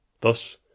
Thus